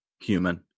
human